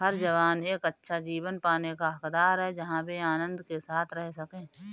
हर जानवर एक अच्छा जीवन पाने का हकदार है जहां वे आनंद के साथ रह सके